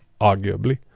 arguably